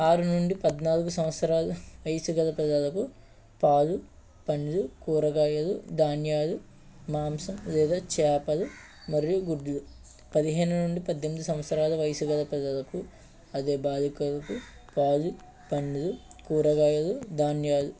ఆరు నుండి పద్నాలుగు సంవత్సరాలు వయసు గల పిల్లలకు పాలు పండ్లు కూరగాయలు ధాన్యాలు మాంసం లేదా చేపలు మరియు గుడ్లు పదిహేను నుండి పద్దెనిమిది సంవత్సరాల వయసు గల పిల్లలకు అదే బాలికలకు పాలు పండ్లు కూరగాయలు ధాన్యాలు